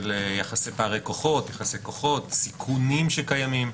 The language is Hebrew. של יחסי פערי כוחות, סיכונים שקיימים,